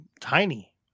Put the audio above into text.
tiny